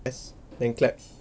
press then clap